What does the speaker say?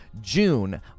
June